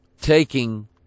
taking